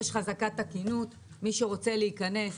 מי שרוצה להיכנס,